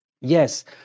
Yes